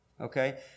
Okay